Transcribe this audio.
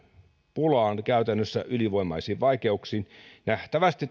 pulaan käytännössä ylivoimaisiin vaikeuksiin nähtävästi